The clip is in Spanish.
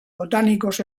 botánicos